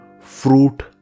fruit